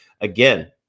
again